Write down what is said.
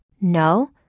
No